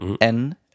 en